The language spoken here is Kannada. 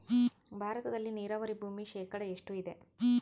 ಭಾರತದಲ್ಲಿ ನೇರಾವರಿ ಭೂಮಿ ಶೇಕಡ ಎಷ್ಟು ಇದೆ?